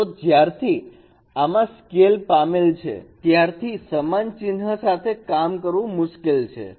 તો જ્યારથી આમા સ્કેલ સામેલ છે ત્યારથી સમાન ચિન્હ સાથે કામ કરવું મુશ્કેલ છે